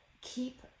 keep